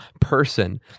person